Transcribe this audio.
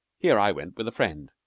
here i went with a friend